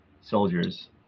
soldiers